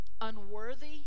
unworthy